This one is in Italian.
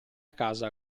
casa